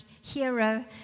hero